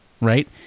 right